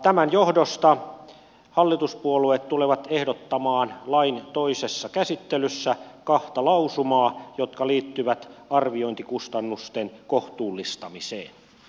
tämän johdosta hallituspuolueet tulevat ehdottamaan lain toisessa käsittelyssä kahta lausumaa jotka liittyvät arviointikustannusten kohtuullistamiseen